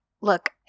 look